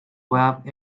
web